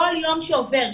כל יום שעובר,